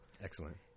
excellent